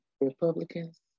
Republicans